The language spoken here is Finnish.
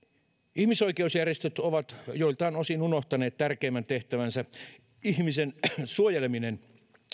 ihmisoikeusjärjestöt ovat joiltain osin unohtaneet tärkeimmän tehtävänsä ihmisen suojelemisen